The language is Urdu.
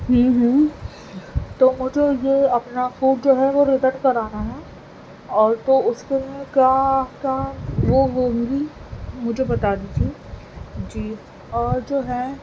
ہوں ہوں تو مجھے یہ اپنا فوڈ جو ہے وہ ریٹن کرانا ہے اور تو اس کے لیے کیا کیا وہ وہ مجھے بتا دیجیے جی اور جو ہے